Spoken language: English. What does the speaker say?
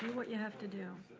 what you have to do.